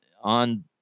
on